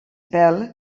pèl